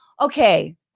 okay